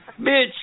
Bitch